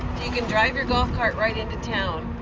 you can drive your golf cart right into town.